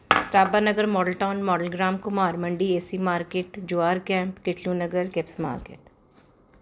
Sarabha Nagar model town model Gram Ghumar Mandi AC market Jawahar ਕੇ Kitchlu Nagar Kipps market